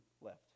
left